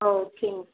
ஆ ஓகேங்க